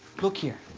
look here.